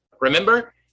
Remember